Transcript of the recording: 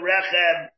Rechem